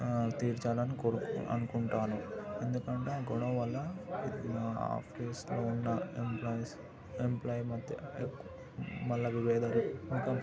తీర్చాలని కోరుకుంటా అనుకుంటాను ఎందుకంటే ఆ గొడవ వల్ల నేను ఆఫీసులో ఉన్న ఎంప్లాయిస్ ఎంప్లాయ్ మధ్య ఎక్కువ మళ్ళీ విభేదాలు